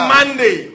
Monday